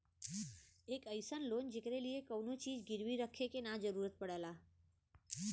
एक अइसन लोन जेकरे लिए कउनो चीज गिरवी रखे क जरुरत न पड़ला